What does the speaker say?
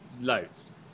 loads